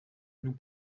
nous